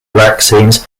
vaccines